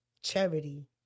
charity